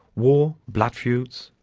war, blood feuds,